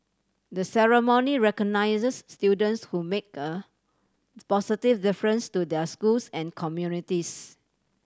the ceremony recognises students who make a positive difference to their schools and communities